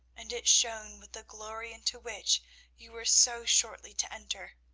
and it shone with the glory into which you were so shortly to enter.